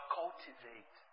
cultivate